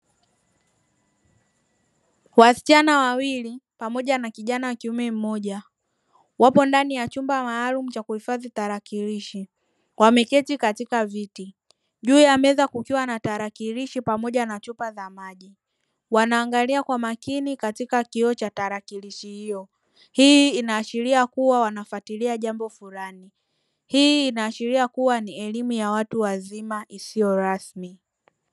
Wasichana wawili pamoja na kijana wa kiume mmoja wapo ndani ya chumba maalumu cha kuhifadhi tarakilishi wameketi katika viti juu ya meza kukiwa na tarakilishi pamoja na chupa za maji wanaangalia kwa makini katika kioo cha tarakilishi hiyo hii inaashiria kuwa wanafuatilia jambo fulani, hii inaashiria kuwa ni elimu ya watu wazima isiyo rasmi.